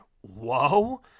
whoa